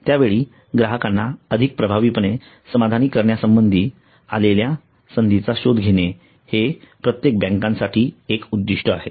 त्याच वेळी ग्राहकांना अधिक प्रभावीपणे समाधानी करण्यासंबधी असलेल्या संधीचा शोध घेणे हे प्रत्येक बँकेसाठीचे एक उद्दिष्ट आहे